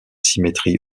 symétrie